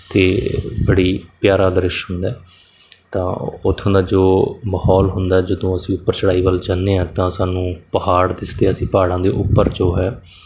ਅਤੇ ਬੜਾ ਪਿਆਰਾ ਦ੍ਰਿਸ਼ ਹੁੰਦਾ ਤਾਂ ਉੱਥੋਂ ਦਾ ਜੋ ਮਾਹੌਲ ਹੁੰਦਾ ਜਦੋਂ ਅਸੀਂ ਉੱਪਰ ਚੜ੍ਹਾਈ ਵੱਲ ਜਾਂਦੇ ਹਾਂ ਤਾਂ ਸਾਨੂੰ ਪਹਾੜ ਦਿਸਦੇ ਹੈ ਅਸੀਂ ਪਹਾੜਾਂ ਦੇ ਉੱਪਰ ਜੋ ਹੈ